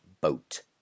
boat